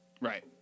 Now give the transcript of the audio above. Right